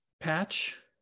patch